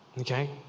Okay